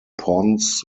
ponds